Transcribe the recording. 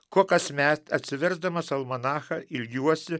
ko kasmet atsiversdamas almanachą ilgiuosi